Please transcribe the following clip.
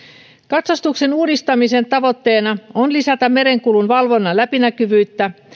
katsastuksen uudistamisen tavoitteena on lisätä merenkulun valvonnan läpinäkyvyyttä